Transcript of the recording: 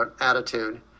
attitude